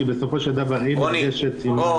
כי בסופו של דבר היא נפגשת --- רוני,